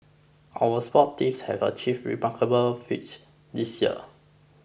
our sports teams have achieved remarkable feats this year